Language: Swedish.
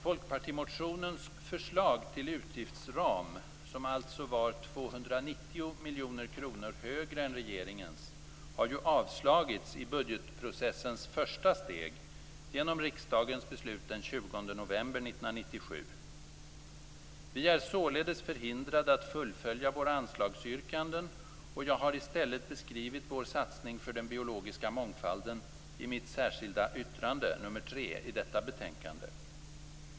Folkpartimotionens förslag till utgiftsram, som alltså var 290 miljoner kronor högre än regeringens, har ju avslagits i budgetprocessens första steg genom riksdagens beslut den 20 november 1997. Vi är således förhindrade att fullfölja våra anslagsyrkanden, och jag har i stället beskrivit vår satsning för den biologiska mångfalden i mitt särskilda yttrande nr 3 i detta betänkande.